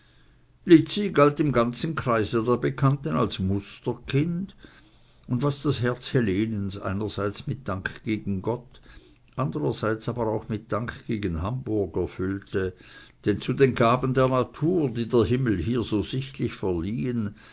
lizzi galt im ganzen kreise der bekannten als musterkind was das herz helenens einerseits mit dank gegen gott andrerseits aber auch mit dank gegen hamburg erfüllte denn zu den gaben der natur die der himmel hier so sichtlich verliehen